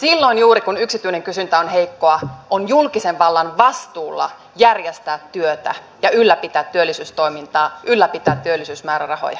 silloin juuri kun yksityinen kysyntä on heikkoa on julkisen vallan vastuulla järjestää työtä ja ylläpitää työllisyystoimintaa ylläpitää työllisyysmäärärahoja